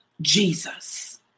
Jesus